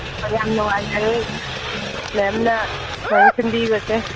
ꯌꯥꯝ ꯅꯨꯡꯉꯥꯏꯖꯔꯦ ꯃꯦꯝꯅ ꯁꯨꯃꯥꯏ ꯁꯤꯟꯕꯤꯕꯁꯦ